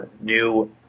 New